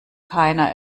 keiner